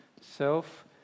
self